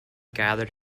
gathered